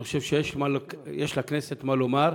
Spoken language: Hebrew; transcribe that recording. אני חושב שיש לכנסת מה לומר,